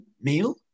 meal